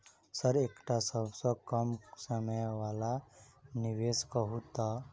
Sir एकटा सबसँ कम समय वला निवेश कहु तऽ?